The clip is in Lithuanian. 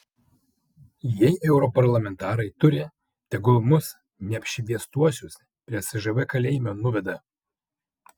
jei europarlamentarai turi tegul mus neapšviestuosius prie cžv kalėjimo nuveda